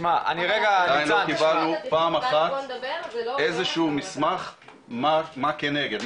איזה שהוא מסמך מה כנגד.